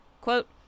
Quote